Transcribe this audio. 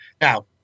Now